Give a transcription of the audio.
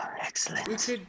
excellent